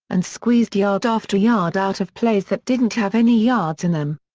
and squeezed yard after yard out of plays that didn't have any yards in them.